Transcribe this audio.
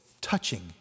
touching